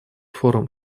форум